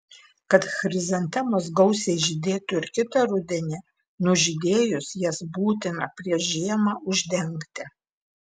kad chrizantemos gausiai žydėtų ir kitą rudenį nužydėjus jas būtina prieš žiemą uždengti